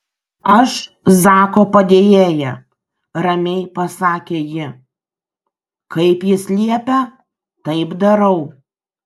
aš zako padėjėja ramiai pasakė ji kaip jis liepia taip darau